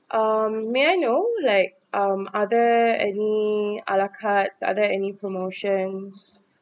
um may I know like um are there any a la carte are there any promotions